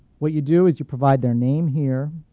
what you do is you provide their name here.